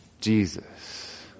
Jesus